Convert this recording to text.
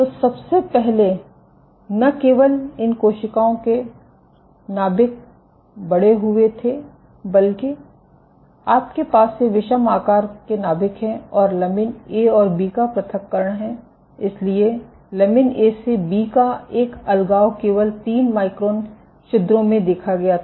तो सबसे पहले न केवल इन कोशिकाओं के नाभिक बढ़े हुए थे बल्कि आपके पास ये विषम आकार के नाभिक हैं और लमीन ए और बी का प्रथक्करण है इसलिए लमीन ए से बी का एक अलगाव केवल 3 माइक्रोन छिद्रों में देखा गया था